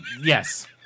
Yes